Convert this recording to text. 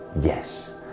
yes